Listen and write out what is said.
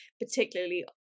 particularly